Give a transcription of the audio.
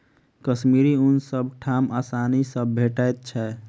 कश्मीरी ऊन सब ठाम आसानी सँ भेटैत छै